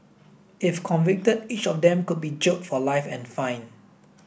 if convicted each of them could be jailed for life and fined